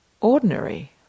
ordinary